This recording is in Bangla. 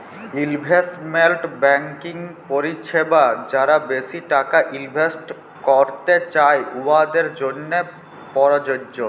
ইলভেস্টমেল্ট ব্যাংকিং পরিছেবা যারা বেশি টাকা ইলভেস্ট ক্যইরতে চায়, উয়াদের জ্যনহে পরযজ্য